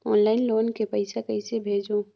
Online loan के पईसा कइसे भेजों?